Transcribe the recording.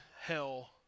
hell